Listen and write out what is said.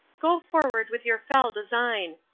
go forward with your fell design.